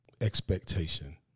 expectation